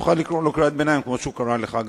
תוכל לקרוא לו קריאות ביניים, כמו שגם הוא קרא לך.